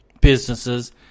businesses